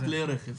ראשית.